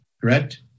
correct